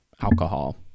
alcohol